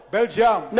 Belgium